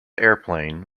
airplane